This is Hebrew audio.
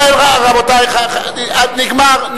ובכן, רבותי, נגמר.